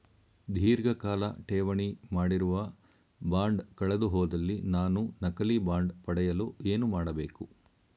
ಧೀರ್ಘಕಾಲ ಠೇವಣಿ ಮಾಡಿರುವ ಬಾಂಡ್ ಕಳೆದುಹೋದಲ್ಲಿ ನಾನು ನಕಲಿ ಬಾಂಡ್ ಪಡೆಯಲು ಏನು ಮಾಡಬೇಕು?